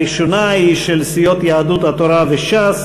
הראשונה היא של סיעות יהדות התורה וש"ס: